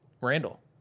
Randall